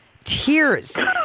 Tears